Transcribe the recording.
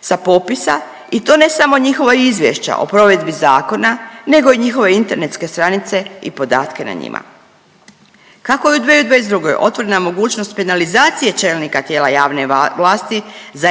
sa popisa i to ne samo njihova izvješća o provedbi zakona nego i njihove internetske stranice i podatke na njima. Kako je u 2022. otvorena mogućnost penalizacije čelnika tijela javne vlasti za